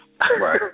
Right